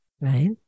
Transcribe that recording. Right